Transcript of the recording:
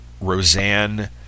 Roseanne